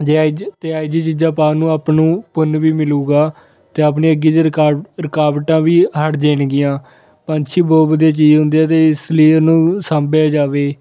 ਜੇ ਅੱਜ ਅਤੇ ਇਹ ਜਿਹੀਆਂ ਚੀਜ਼ਾਂ ਪਾਉਣ ਨੂੰ ਆਪਾਂ ਨੂੰ ਪੁੰਨ ਵੀ ਮਿਲੇਗਾ ਅਤੇ ਆਪਣੀ ਅੱਗੇ ਦੀ ਰਿਕਾਰਡ ਰੁਕਾਵਟਾਂ ਵੀ ਹਟ ਜਾਣਗੀਆਂ ਪੰਛੀ ਬਹੁ ਵਧੀਆ ਚੀਜ਼ ਹੁੰਦੇ ਆ ਅਤੇ ਇਸ ਲੀਏ ਉਹਨੂੰ ਸਾਂਭਿਆ ਜਾਵੇ